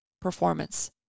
performance